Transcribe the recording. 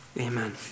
Amen